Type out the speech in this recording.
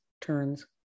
turns